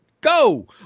Go